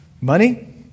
Money